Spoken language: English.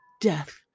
Death